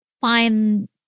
find